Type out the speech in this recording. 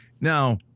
Now